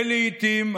שלעיתים,